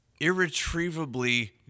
irretrievably